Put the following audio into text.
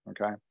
Okay